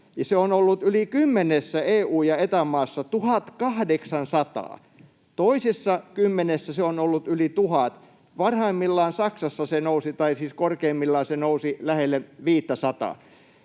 Se on ollut yli kymmenessä EU- ja Eta-maassa 1 800, ja toisessa kymmenessä se on ollut yli 1 000. Saksassa se nousi korkeimmillaan lähelle 500:aa.